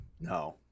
No